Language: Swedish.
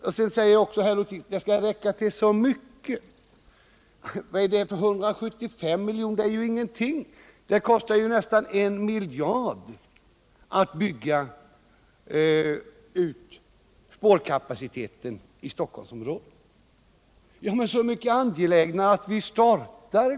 Vidare säger herr Lothigius att medlen skall räcka till så mycket. Men 175 miljoner är ju ingenting. Det kostar nästan 1 miljard att bygga ut spårkapaciteten i Stockholmsområdet. Men då är det ju så mycket angelägnare att man startar.